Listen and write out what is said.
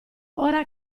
ora